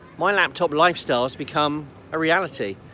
my laptop lifestyle has become a reality.